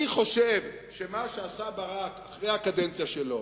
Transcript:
אני חושב שמה שעשה ברק אחרי הקדנציה שלו